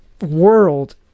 world